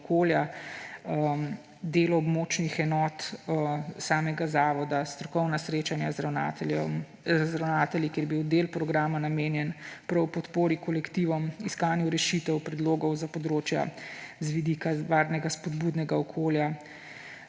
okolja, delo območnih enot samega zavoda, strokovna srečanja z ravnatelji, ker je bil del programa namenjen prav podpori kolektivom, iskanju rešitev, predlogov za področja z vidika varnega spodbudnega okolja.